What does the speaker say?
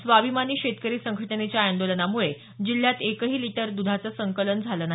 स्वाभिमानी शेतकरी संघटनेच्या या आंदोलनामुळे जिल्ह्यात काल एकही लिटर दुधाचं संकलन झालं नाही